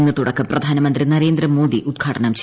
ഇന്ന് തുടക്കം പ്രധാനമന്ത്രി നരേന്ദ്ര മോദി ഉദ്ഘാടനം ചെയ്യും